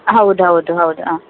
ಹೌದು ಹೌದು ಹೌದು ಆಂ